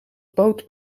poot